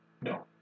No